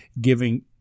giving